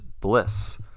bliss